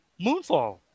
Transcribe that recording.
Moonfall